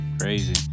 Crazy